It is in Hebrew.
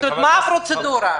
כלומר מה הפרוצדורה?